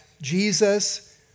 Jesus